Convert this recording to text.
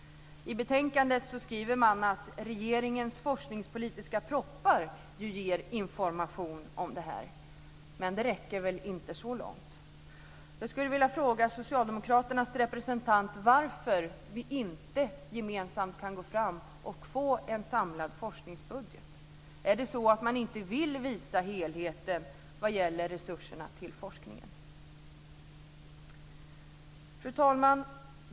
I betänkandet skriver man att regeringens forskningspolitiska propositioner ju ger information om detta, men det räcker väl inte så långt. Jag skulle vilja fråga Socialdemokraternas representant varför vi inte gemensamt kan gå fram och få en samlad forskningsbudget. Är det så att man inte vill visa helheten vad gäller forskningsresurserna? Fru talman!